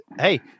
hey